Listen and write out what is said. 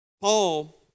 Paul